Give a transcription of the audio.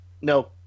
No